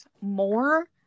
more